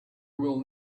will